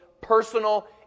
personal